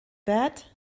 that